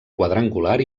quadrangular